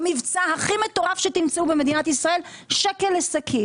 במבצע הכי מטורף שתמצאו במדינת ישראל - שקל לשקית.